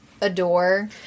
adore